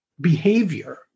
behavior